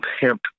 hemp